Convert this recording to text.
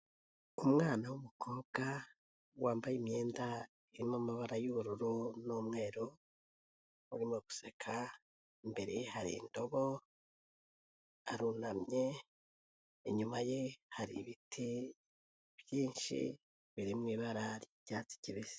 Umwana w'umukobwa wambaye imyenda irimo amabara y'ubururu n'umweru arimo guseka, imbere ye hari indobo arunamye, inyuma ye hari ibiti byinshi birimo ibara ry'icyatsi kibisi.